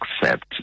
accept